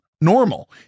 Normal